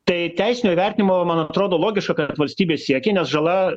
tai teisinio įvertinimo man atrodo logiška kad valstybė siekė nes žala